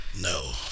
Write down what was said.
No